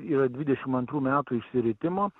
yra dvidešimt antrų metų išsiritimo